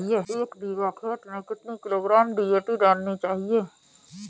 एक बीघा खेत में कितनी किलोग्राम डी.ए.पी डालनी चाहिए?